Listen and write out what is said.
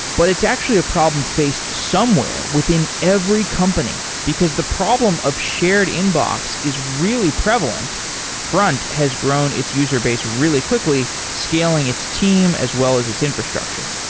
but it's actually a problem faced somewhere within every company, because the problem of shared inbox is really prevalent front has grown its user base really quickly, scaling its team as well as its infrastructure.